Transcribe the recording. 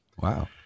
Wow